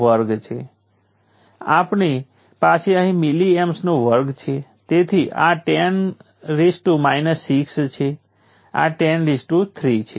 સર્કિટની પ્રોપર્ટી અને તે કિર્ચોફ કરંટ લૉ કે કિર્ચોફ વોલ્ટેજ લૉ માંથી કોઈ પણ 1 સાબિત કરી શકાય છે